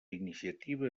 iniciativa